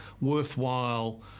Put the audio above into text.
worthwhile